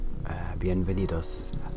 bienvenidos